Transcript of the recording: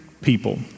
people